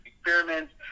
experiments